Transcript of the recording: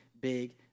big